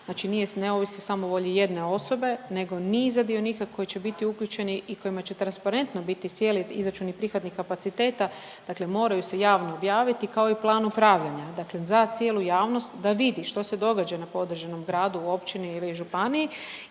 Znači nije, ne ovisi o samovolji jedne osobe, nego niza dionika koji će biti uključeni i kojima će transparentno biti cijeli izračun i prihvatnih kapaciteta, dakle moraju se javno objaviti kao i plan upravljanja. Dakle za cijelu javnost da vidi što se događa na određenom gradu, u općini ili županiji